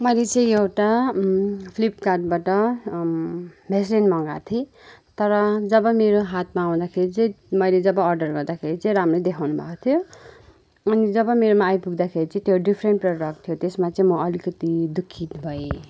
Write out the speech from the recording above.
मैले चाहिँ एउटा फ्ल्पिकार्डबाट भेस्लिन मगाएको थिएँ तर जब मेरो हातमा आउँदाखेरि चाहिँ मैले जब अर्डर गर्दाखेरि चाहिँ राम्रै देखाउनु भएको थियो अनि जब मेरोमा आइपुग्दाखेरि चाहिँ त्यो डिफ्रेन्ट प्रडक्ट थियो त्यसमा चाहिँ म अलिकति दुखित भएँ